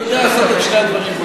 אני יודע לעשות את שני הדברים, מה?